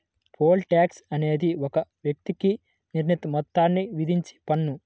pole tax అనేది ఒక వ్యక్తికి నిర్ణీత మొత్తాన్ని విధించే పన్ను